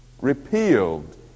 repealed